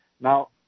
Now